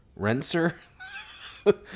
Renser